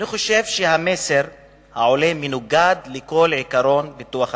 אני חושב שהמסר העולה מנוגד לכל העיקרון של ביטוח בריאות.